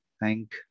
thank